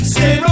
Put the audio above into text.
Stay